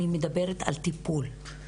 אני מדברת על טיפול,